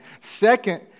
second